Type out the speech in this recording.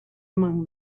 among